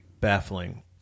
Baffling